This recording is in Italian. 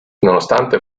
nonostante